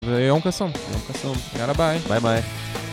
יום קסום, יום קסום. יאללה ביי. ביי ביי.